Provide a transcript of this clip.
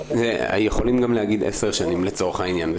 יכולים גם להגיד 10 שנים לצורך העניין.